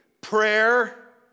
prayer